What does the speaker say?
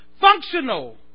Functional